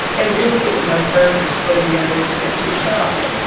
and really it was my first sort of narrative scripted show.